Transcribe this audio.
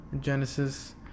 Genesis